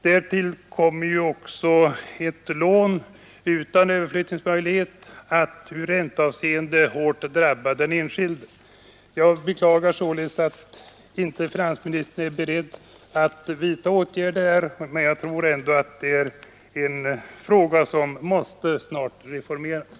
Därtill kommer ett lån utan överflyttningsmöjlighet att i ränteavseende blir dyrare för den enskilde. Jag beklagar således att finansministern inte är beredd att vidta åtgärder; jag tror ändå att det här är ett område som snart mäste reformeras.